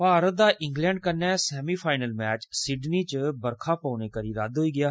भारत दा इंग्लैंड कन्नै semi final match Sydney च बरखा पौने करी रद्द होई गेया